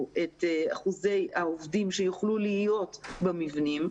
את אחוזי העובדים שיוכלו להיות במבנים,